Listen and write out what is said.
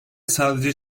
sadece